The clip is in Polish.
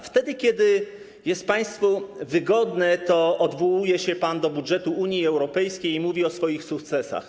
Wtedy kiedy jest państwu wygodnie, to odwołuje się pan do budżetu Unii Europejskiej i mówi o swoich sukcesach.